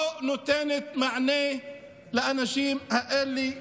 לא נותנת מענה לאנשים האלה,